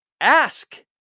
Ask